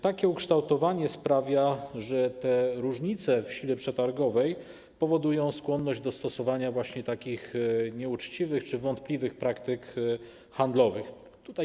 Takie ukształtowanie rynku sprawia, że te różnice w sile przetargowej powodują skłonność do stosowania właśnie nieuczciwych czy wątpliwych praktyk handlowych.